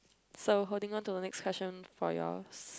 so holding to the next question for yours